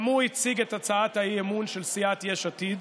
גם הוא הציג הצעת אי-אמון, של סיעת יש עתיד.